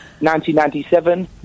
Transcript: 1997